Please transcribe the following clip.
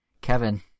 Kevin